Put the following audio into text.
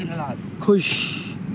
खुश